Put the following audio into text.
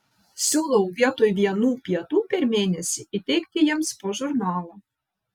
siūlau vietoj vienų pietų per mėnesį įteikti jiems po žurnalą